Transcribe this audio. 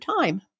time